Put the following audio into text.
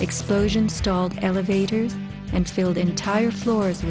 explosion stalled elevators and failed entire floors